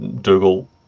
Dougal